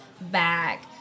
back